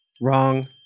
Wrong